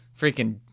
freaking